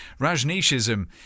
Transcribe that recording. Rajneeshism